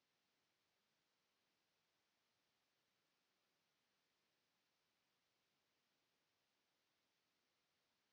Kiitos.